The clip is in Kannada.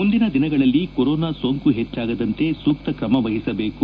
ಮುಂದಿನ ದಿನಗಳಲ್ಲಿ ಕೊರೋನಾ ಸೋಂಕು ಹೆಚ್ಚಾಗದಂತೆ ಸೂಕ್ತ ಕ್ರಮವಹಿಸಬೇಕು